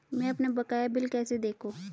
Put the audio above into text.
मैं अपना बकाया बिल कैसे देखूं?